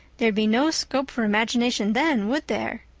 there'd be no scope for imagination then, would there?